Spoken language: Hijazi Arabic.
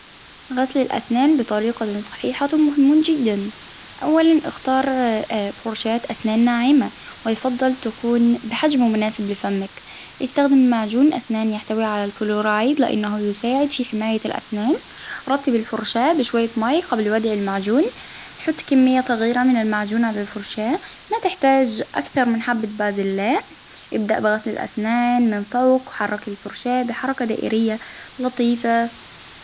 غسل الأسنان بطريقة صحيحة مهم جدا، أولا أختار فرشاة أسنان ناعمة، ويفضل تكون بحجم مناسب لفمك، إستخدمي معجون أسنان يحتوي على الفلورايد لأنه يساعد في حماية الأسنان، رطب الفرشاة بشوية مي قبل وضع المعجون، حطي كمية صغيرة من بالفرشاة ما تحتاج أكثر من حبة بازلاء إبدأ بغسل الأسنان من فوق حرك الفرشاة بحركة دائرية لطيفة.